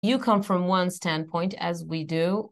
You come from one standpoint, as we do.